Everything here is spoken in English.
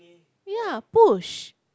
ya push